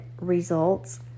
results